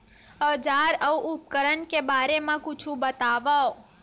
औजार अउ उपकरण के बारे मा कुछु बतावव?